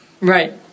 Right